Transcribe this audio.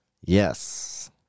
Yes